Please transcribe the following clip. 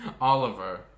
oliver